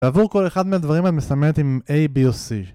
ועבור כל אחד מהדברים האלה את מסמנת עם A, B או C